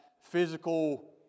physical